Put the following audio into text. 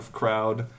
crowd